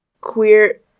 queer